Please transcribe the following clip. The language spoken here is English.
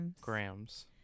Grams